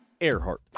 Earhart